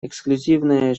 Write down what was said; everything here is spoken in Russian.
эксклюзивное